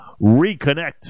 reconnect